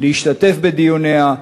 תודה רבה.